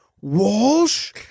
walsh